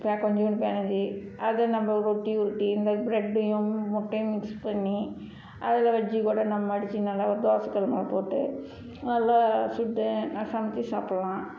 பெ கொஞ்சோண்டு பினஞ்சி அதை நம்ம உருட்டி உருட்டி இந்த ப்ரெட்டையும் முட்டையும் மிக்ஸ் பண்ணி அதில் வெச்சு கூட நம்ம மடிச்சு நல்லா தோசை கல் மேலே போட்டு நல்லா சுட்டு அதை சமைச்சி சாப்பிட்லாம்